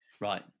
right